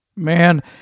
Man